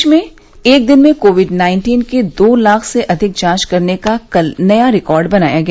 देश में एक दिन में कोविड नाइन्टीन के दो लाख से अधिक जांच करने का कल नया रिकॉर्ड बनाया गया